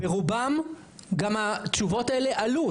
ברובם, גם התשובות האלה עלו.